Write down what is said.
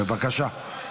בבקשה.